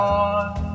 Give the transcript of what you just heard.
on